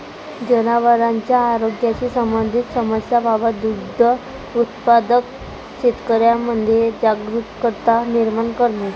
जनावरांच्या आरोग्याशी संबंधित समस्यांबाबत दुग्ध उत्पादक शेतकऱ्यांमध्ये जागरुकता निर्माण करणे